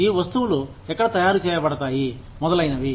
ఈ వస్తువులు ఎక్కడ తయారు చేయబడతాయి మొదలైనవి